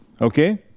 Okay